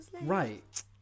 Right